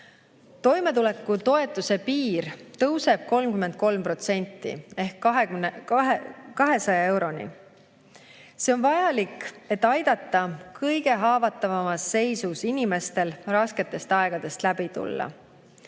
Toimetulekutoetuse piir tõuseb 33% ehk 200 euroni. See on vajalik, et aidata kõige haavatavamas seisus inimestel rasketest aegadest läbi tulla.